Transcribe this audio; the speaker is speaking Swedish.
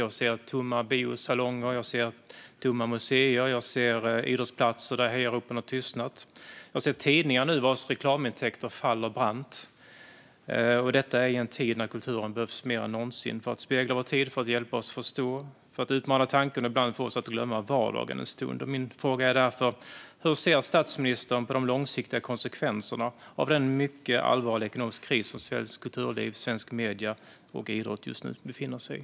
Jag ser tomma biosalonger och tomma museer. Jag ser idrottsplatser där hejaropen har tystnat. Jag ser tidningar vars reklamintäkter nu faller brant. Detta i en tid när kulturen behövs mer än någonsin - för att spegla vår tid, för att hjälpa oss förstå, för att utmana tanken och för att ibland få oss att glömma vardagen en stund. Min fråga är därför hur statsministern ser på de långsiktiga konsekvenserna av den mycket allvarliga ekonomiska kris som svenskt kulturliv, svenska medier och svensk idrott just nu befinner sig i.